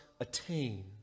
attain